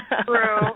True